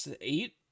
eight